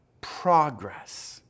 progress